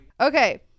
Okay